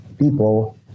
people